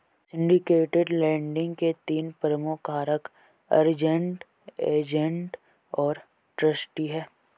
syndicated lending के तीन प्रमुख कारक अरेंज्ड, एजेंट और ट्रस्टी हैं